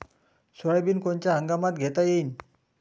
Soybean कोनच्या हंगामात घेता येईन?